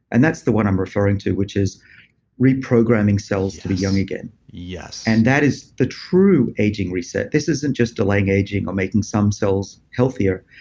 and that's the one i'm referring to, which is reprogramming cells to be young again yes and that is the true aging reset. this isn't just delaying aging or making some cells healthier.